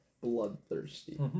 bloodthirsty